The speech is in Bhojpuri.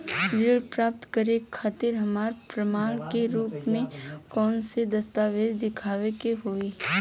ऋण प्राप्त करे के खातिर हमरा प्रमाण के रूप में कउन से दस्तावेज़ दिखावे के होइ?